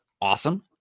awesome